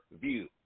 view